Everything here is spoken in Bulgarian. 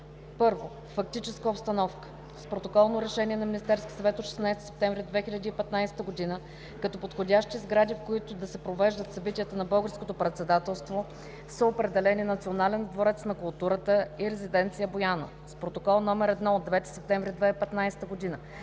I. Фактическа обстановка. С протоколно решение на Министерския съвет от 16 септември 2015 г. като подходящи сгради, в които да се провеждат събитията на Българското председателство, са определени Национален дворец на културата и Резиденция „Бояна“. С Протокол № 1 от 9 септември 2015 г.,